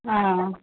ஆ